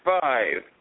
five